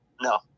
No